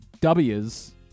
Ws